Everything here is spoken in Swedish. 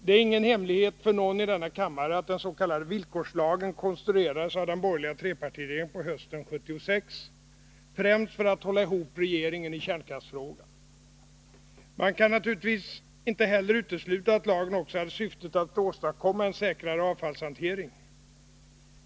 Det är ingen hemlighet för någon i denna kammare att den s.k. villkorslagen konstruerades av den borgerliga trepartiregeringen på hösten 1976 främst för att hålla ihop regeringen i kärnkraftsfrågan. Man kan naturligtvis inte heller utesluta att lagen också hade syftet att åstadkomma en säkrare avfallshantering.